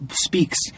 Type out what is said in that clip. speaks